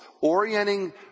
orienting